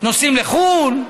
נוסעים לחו"ל,